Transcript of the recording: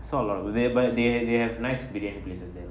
so a lot of thereby they have nice in places that